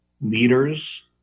leaders